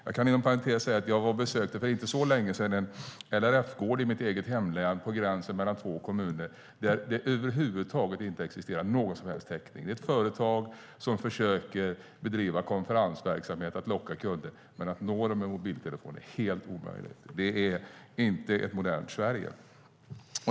Jag kan inom parentes säga att jag för inte så länge sedan besökte en LRF-gård i mitt eget hemlän på gränsen mellan två kommuner där det över huvud taget inte existerar någon som helst täckning. Det är ett företag som försöker bedriva konferensverksamhet, men att nå kunderna med mobiltelefon är helt omöjligt. Det är inte ett modernt Sverige.